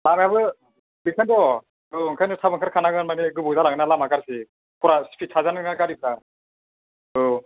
लामायाबो बेखायनोथ' औ ओंखायनो थाब ओंखार खानांगोन बानै गोबाव जालांगोनना लामा गाज्रि खरा स्फिद खारजानाय नङा गारिफ्रा औ